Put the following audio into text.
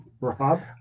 Rob